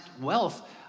wealth